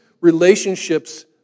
relationships